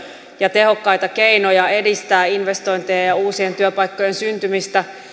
ja tehokkaita keinoja edistää investointeja ja ja uusien työpaikkojen syntymistä